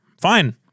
Fine